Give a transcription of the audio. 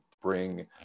bring